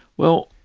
well,